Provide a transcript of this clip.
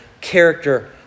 character